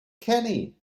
kenny